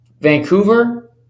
Vancouver